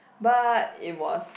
but it was